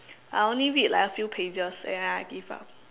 I only read like a few pages and I give up